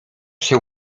się